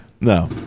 No